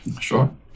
Sure